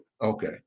Okay